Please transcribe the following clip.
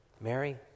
Mary